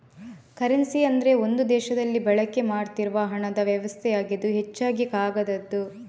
currency ಅಂದ್ರೆ ಒಂದು ದೇಶದಲ್ಲಿ ಬಳಕೆ ಮಾಡ್ತಿರುವ ಹಣದ ವ್ಯವಸ್ಥೆಯಾಗಿದ್ದು ಹೆಚ್ಚಾಗಿ ಕಾಗದದ್ದು